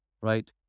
right